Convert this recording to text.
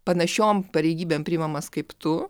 panašiom pareigybėm priimamas kaip tu